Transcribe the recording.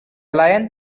lion